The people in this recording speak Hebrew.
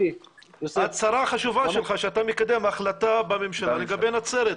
ההצהרה החשובה שלך שאתה מקדם החלטה בממשלה לגבי נצרת,